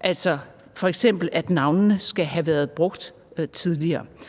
altså f.eks., at navnene skal have været brugt tidligere.